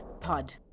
Pod